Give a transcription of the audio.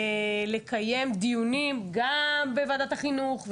לקיים דיונים גם בוועדת החינוך,